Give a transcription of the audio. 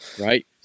right